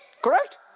Correct